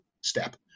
step